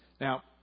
Now